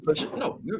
No